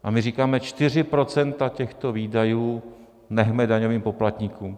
A my říkáme, 4 % těchto výdajů nechme daňovým poplatníkům.